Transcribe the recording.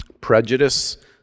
prejudice